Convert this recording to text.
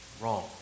wrong